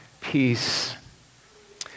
peace